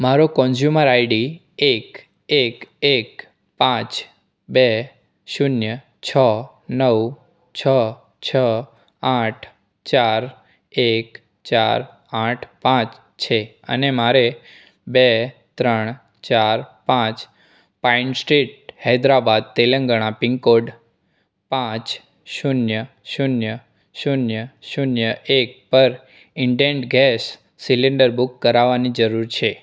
મારો consumer ID એક એક એક પાંચ બે શૂન્ય છ નવ છ છ આઠ ચાર એક ચાર આઠ પાંચ છે અને મારે બે ત્રણ ચાર પાંચ pine street Hyderabad Telangana pin code પાંચ શૂન્ય શૂન્ય શૂન્ય શૂન્ય એક પર ઇંડિયન ગેસ સિલિન્ડર બુક કરાવવાની જરૂર છે